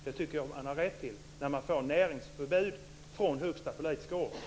Det tycker jag att de har rätt till när de får näringsförbud från högsta politiska ort.